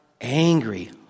angry